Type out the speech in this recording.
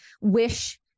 wish